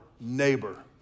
neighbor